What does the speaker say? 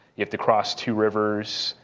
you have to cross two rivers,